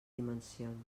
dimensions